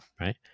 right